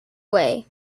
way